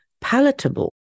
palatable